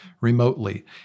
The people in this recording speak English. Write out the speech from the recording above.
remotely